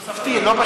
בתוספתי, לא בשוטף.